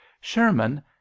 sherman